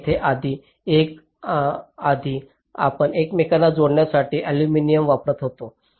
तर येथे आधी आपण एकमेकांना जोडण्यासाठी अॅल्युमिनियम वापरत होतो